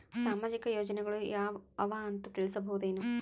ಸಾಮಾಜಿಕ ಯೋಜನೆಗಳು ಯಾವ ಅವ ಅಂತ ತಿಳಸಬಹುದೇನು?